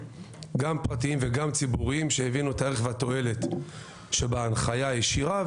גם פרטיים וגם ציבוריים שהבינו את הערך והתועלת שבהנחיה הישירה.